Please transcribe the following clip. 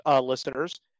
listeners